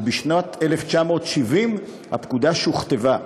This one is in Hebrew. ובשנת 1970 הפקודה שוכתבה.